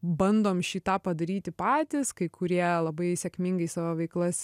bandom šį tą padaryti patys kai kurie labai sėkmingai savo veiklas